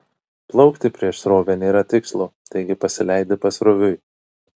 plaukti prieš srovę nėra tikslo taigi pasileidi pasroviui